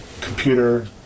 computer